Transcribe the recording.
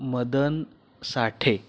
Madan Sathe